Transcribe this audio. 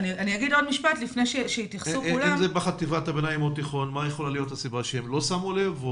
האם זה קרה בגלל שהם לא שמו לב?